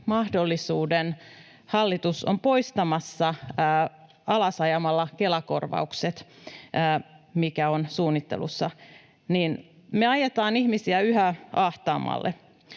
mahdollisuuden hallitus on poistamassa ajamalla alas Kela-korvaukset, mikä on suunnittelussa. Me ajetaan ihmisiä yhä ahtaammalle.